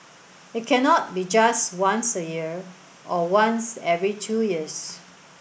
it cannot be just once a year or once every two years